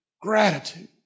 Gratitude